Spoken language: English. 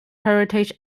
heritage